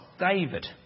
David